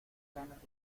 ganas